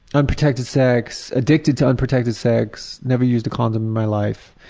unprotected sex, addicted to unprotected sex, never used a condom in my life,